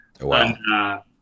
Wow